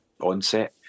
onset